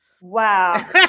Wow